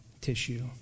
tissue